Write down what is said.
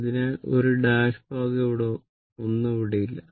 അതിനാൽ ഈ ഡാഷ് ഭാഗം ഒന്നും ഇവിടെയില്ല